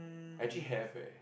actually have eh